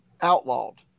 outlawed